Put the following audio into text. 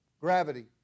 gravity